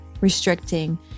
restricting